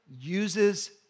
uses